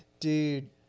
Dude